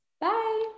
Bye